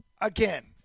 again